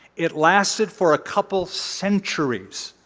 it lasted for a couple centuries.